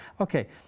Okay